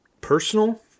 personal